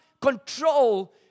control